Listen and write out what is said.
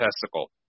testicle